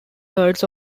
herds